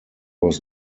was